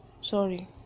sorry